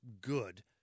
good